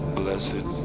blessed